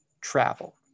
travel